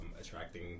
attracting